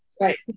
Right